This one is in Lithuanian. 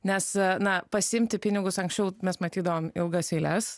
nes na pasiimti pinigus anksčiau mes matydavom ilgas eiles